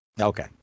Okay